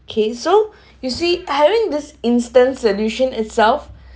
okay so you see having this instance solution itself